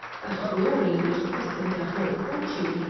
but a glory which cost them their whole fortune,